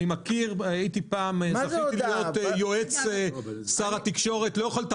שיגיד לנו אילו שירותים